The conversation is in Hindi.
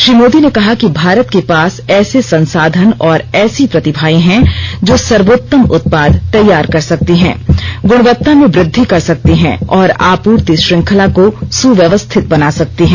श्रीमोदी ने कहा कि भारत के पास ऐसे संसाधन और ऐसी प्रतिभाएं हैं जो सर्वोत्तम उत्पााद तैयार कर सकते हैं गुणवत्ता में वृद्धि कर सकते हैं और आपूर्ति श्रृंखला को सुव्यवस्थित बना सकते हैं